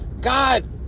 God